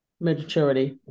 maturity